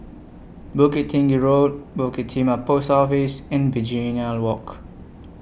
Bukit Tinggi Road Bukit Timah Post Office and Begonia Walk